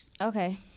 Okay